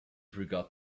forgot